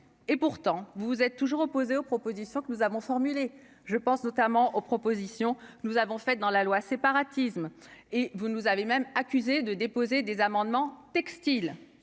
et pourtant vous vous êtes toujours opposée aux propositions que nous avons formulé, je pense notamment aux propositions, nous avons fait dans la loi séparatisme et vous nous avez même accusé de déposer des amendements, textile,